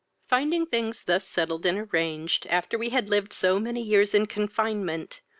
finding things thus settled and arranged, after we had lived so many years in confinement,